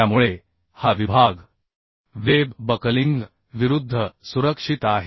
त्यामुळे हा विभाग वेब बकलिंग विरुद्ध सुरक्षित आहे